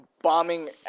bombing